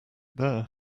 there